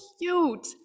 cute